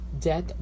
death